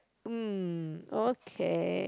mm okay